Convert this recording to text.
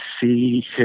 see